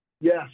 Yes